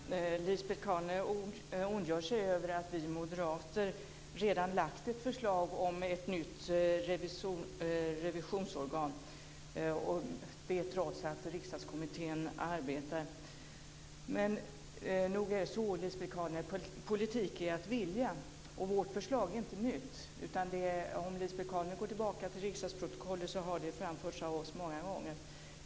Herr talman! Lisbet Calner ondgör sig över att vi moderater redan lagt fram ett förslag om ett nytt revisionsorgan; detta trots att riksdagskommittén arbetar. Men nog är det så, Lisbet Calner, att politik är att vilja. Och vårt förslag är inte nytt. Om Lisbet Calner går tillbaka till riksdagsprotokollet ser hon att det är ett förslag som har framförts av oss många gånger.